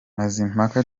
mazimpaka